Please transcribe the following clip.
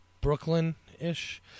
Brooklyn-ish